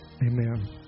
Amen